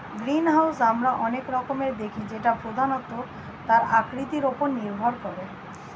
greenhouse আমরা অনেক রকমের দেখি যেটা প্রধানত তার আকৃতির ওপর নির্ভর করে